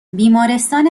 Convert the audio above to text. بیمارستان